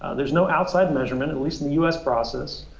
there's no outside measurement, and least in the us process.